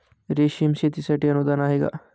रेशीम शेतीसाठी अनुदान आहे का?